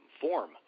form